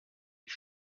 ich